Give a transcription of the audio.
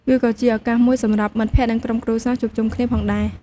វាក៏ជាឱកាសមួយសម្រាប់មិត្តភ័ក្តិ និងក្រុមគ្រួសារជួបជុំគ្នាផងដែរ។